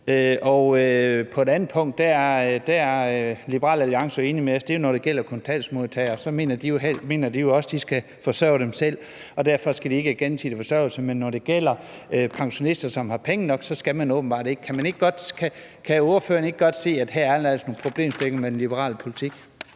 Et andet punkt, hvor Liberal Alliance er enige med os, er, når det gælder kontanthjælpsmodtagere, som Liberal Alliance også mener skal forsørge sig selv, og derfor skal der være gensidig forsørgerpligt, men når det gælder pensionister, som har penge nok, så skal der åbenbart ikke. Kan ordføreren ikke godt se, at der her er nogle problemstillinger i forhold til den liberale politik?